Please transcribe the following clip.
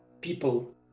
people